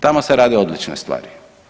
Tamo se rade odlične stvari.